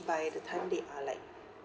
by the time they are like